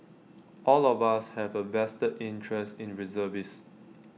all of us have A vested interest in reservist